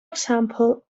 example